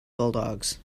bulldogs